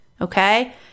okay